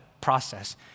process